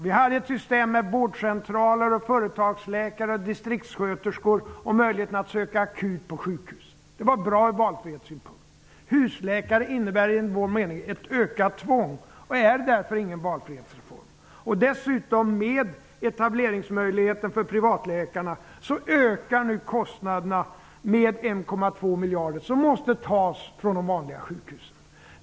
Vi hade ett system med vårdcentraler, företagsläkare, distriktssköterskor och möjlighet att söka akut på sjukhus. Det var bra från valfrihetssynpunkt. Husläkarsystemet innebär ett ökat tvång och är därför ingen valfrihetsreform. Genom privatläkarnas etableringsmöjligheter ökar dessutom kostnaderna med 1,2 miljarder kronor, som måste tas från de vanliga sjukhusen.